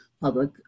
public